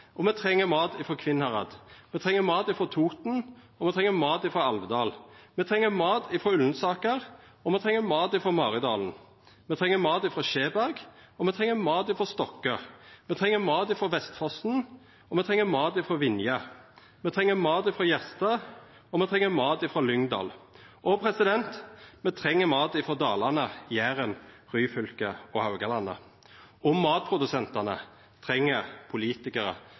Helgeland. Me treng mat frå Steinkjer. Me treng mat frå Holtålen. Me treng mat frå Tingvoll. Me treng mat frå Lærdal. Me treng mat frå Kvinnherad. Me treng mat frå Toten. Me treng mat frå Alvdal. Me treng mat frå Ullensaker. Me treng mat frå Maridalen. Me treng mat frå Skjeberg. Me treng mat frå Stokke. Me treng mat frå Vestfossen. Me treng mat frå Vinje. Me treng mat frå Gjerstad. Me treng mat frå Lyngdal. Og me treng mat frå Dalane, Jæren, Ryfylke og Haugalandet.